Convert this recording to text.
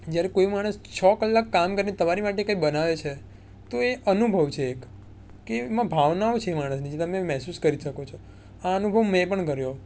જ્યારે કોઈ માણસ છ કલાક કામ કરે તમારી માટે કંઈ બનાવે છે તો એ અનુભવ છે એક કે એમાં ભાવનાઓ છે માણસની તમે મહસૂસ કરી શકો છો આ અનુભવ મેં પણ કર્યો